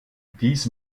dies